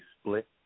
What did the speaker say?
split